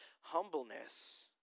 Humbleness